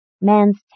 Man's